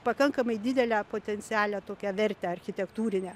pakankamai didelę potencialią tokią vertę architektūrinę